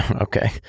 okay